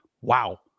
Wow